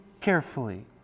carefully